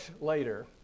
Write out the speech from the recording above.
later